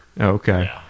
Okay